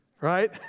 Right